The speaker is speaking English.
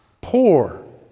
poor